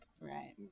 Right